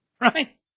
Right